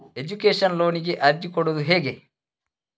Education ಲೋನಿಗೆ ಅರ್ಜಿ ಕೊಡೂದು ಹೇಗೆ?